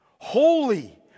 Holy